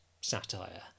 satire